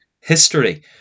history